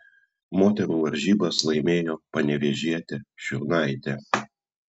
moterų varžybas laimėjo panevėžietė šiurnaitė